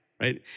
right